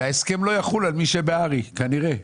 וההסכם לא יחול על מי שבהר"י כנראה.